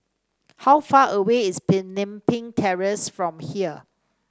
how far away is Pemimpin Terrace from here